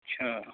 ਅੱਛਾ